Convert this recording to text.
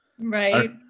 Right